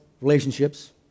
relationships